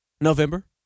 November